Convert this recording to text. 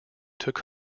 took